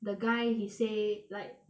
the guy he say like